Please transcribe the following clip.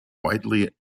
widely